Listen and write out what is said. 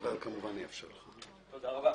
תודה רבה.